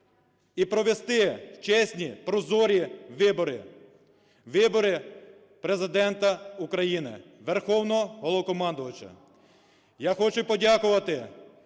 і провести чесні, прозорі вибори, вибори Президента України, Верховного Головнокомандувача.